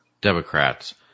Democrats